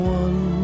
one